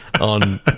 on